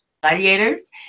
Gladiators